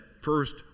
first